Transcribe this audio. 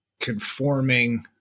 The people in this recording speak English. conforming